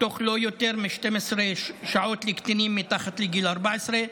תוך לא יותר מ-12 שעות לקטינים מתחת לגיל 14,